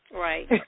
Right